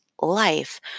life